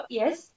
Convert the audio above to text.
yes